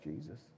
Jesus